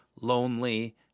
lonely